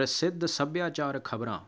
ਪ੍ਰਸਿੱਧ ਸੱਭਿਆਚਾਰ ਖ਼ਬਰਾਂ